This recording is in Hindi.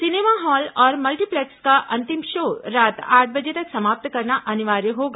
सिनेमा हॉल और मल्टीप्लेक्स का अंतिम शो रात आठ बजे तक समाप्त करना अनिवार्य होगा